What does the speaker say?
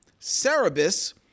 Cerebus